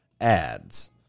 ads